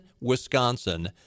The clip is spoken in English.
Wisconsin